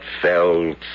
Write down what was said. felt